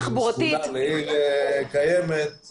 שכונה לעיר קיימת,